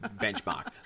benchmark